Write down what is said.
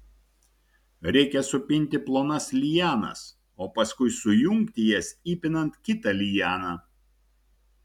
reikia supinti plonas lianas o paskui sujungti jas įpinant kitą lianą